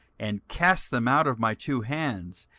and cast them out of my two hands,